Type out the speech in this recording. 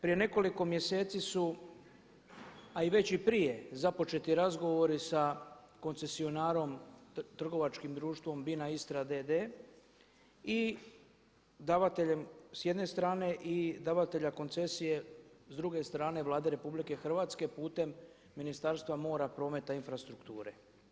Prije nekoliko mjeseci su, a i već prije započeti razgovori sa koncesionarom trgovačkim društvom BINA Istra d.d. i davateljem s jedne strane i davatelja koncesije s druge strane Vlade RH putem Ministarstva mora, prometa i infrastrukture.